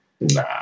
Nah